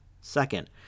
Second